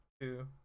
two